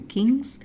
Kings